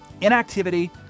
inactivity